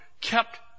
kept